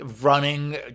running